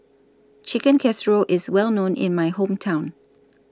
Chicken Casserole IS Well known in My Hometown